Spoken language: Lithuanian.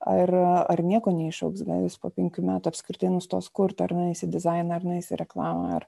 ar ar nieko neišaugs gal jis po penkių metų apskritai nustos kurt ar nueis į dizainą ar nueis į reklamą ar